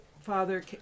Father